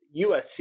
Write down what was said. USC